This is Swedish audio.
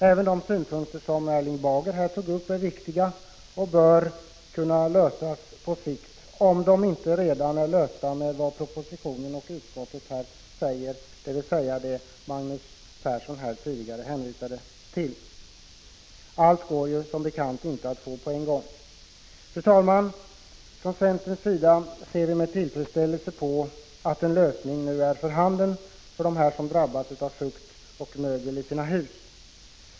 Även de synpunkter som Erling Bager tog upp här är viktiga och bör kunna lösas på sikt, om de inte redan är lösta med vad som sägs i propositionen och utskottsbetänkandet, dvs. det Magnus Persson tidigare hänvisade till. Det går som bekant inte att få allt på en gång. Fru talman! Vii centern ser med tillfredsställelse på att en lösning nu är för handen för dem som drabbats av fukt och mögel i sina hus.